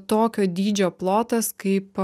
tokio dydžio plotas kaip